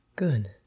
Good